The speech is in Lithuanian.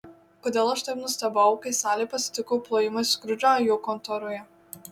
kodėl aš taip nustebau kai salė pasitiko plojimais skrudžą jo kontoroje